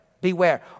Beware